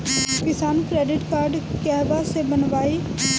किसान credit card कहवा से बनवाई?